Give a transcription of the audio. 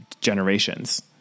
generations